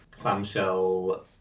clamshell